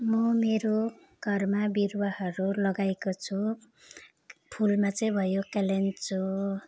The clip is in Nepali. म मेरो घरमा बिरुवाहरू लगाएको छु फुलमा चाहिँ भयो केलेन्चो